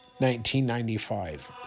1995